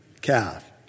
calf